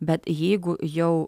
bet jeigu jau